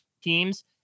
teams